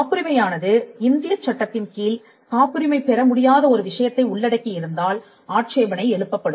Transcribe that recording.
காப்புரிமை ஆனது இந்திய சட்டத்தின் கீழ் காப்புரிமை பெற முடியாத ஒரு விஷயத்தை உள்ளடக்கி இருந்தால் ஆட்சேபணை எழுப்பப்படும்